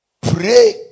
pray